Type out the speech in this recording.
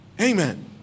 Amen